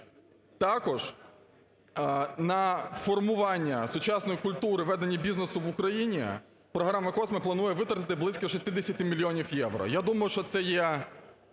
Також на формування сучасної культури ведення бізнесу в України програма COSME планує витратити близько 60 мільйонів євро. Я думаю, що це є